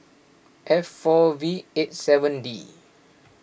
F four V eight seven D